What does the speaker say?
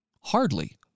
Hardly